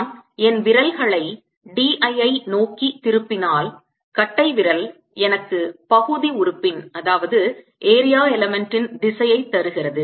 நான் என் விரல்களை dl ஐ நோக்கி திருப்பினால் கட்டைவிரல் எனக்கு பகுதி உறுப்பின் திசையை தருகிறது